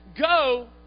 Go